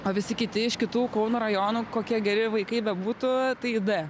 o visi kiti iš kitų kauno rajono kokie geri vaikai bebūtų tai į d